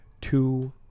two